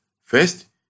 First